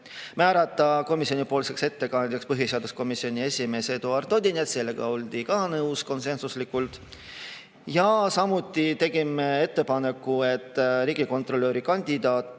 määrata komisjoni ettekandjaks põhiseaduskomisjoni esimees Eduard Odinets, sellega oldi ka nõus konsensuslikult, ja samuti tegime ettepaneku, et riigikontrolöri kandidaat